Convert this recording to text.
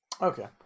Okay